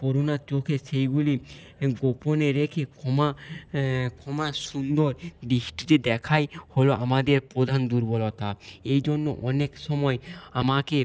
করুণার চোখে সেইগুলি গোপনে রেখে ক্ষমা ক্ষমা সুন্দর দৃষ্টিতে দেখাই হলো আমাদের প্রধান দুর্বলতা এই জন্য অনেক সময় আমাকে